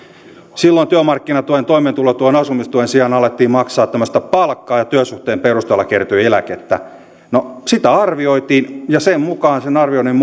silloin työmarkkinatuen toimeentulotuen ja asumistuen sijaan alettiin maksaa tämmöistä palkkaa ja työsuhteen perusteella kertyi eläkettä no sitä arvioitiin ja sen arvioinnin